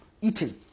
eating